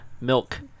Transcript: Milk